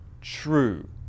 true